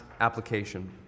application